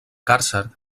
càrcer